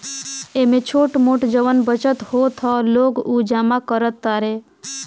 एमे छोट मोट जवन बचत होत ह लोग उ जमा करत तारे